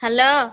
hello